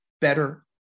better